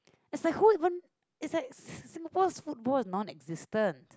it's like who even is like Singapore's football is non existent